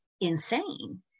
insane